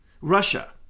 Russia